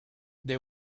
they